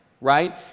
right